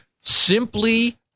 simply